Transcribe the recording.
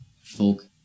folk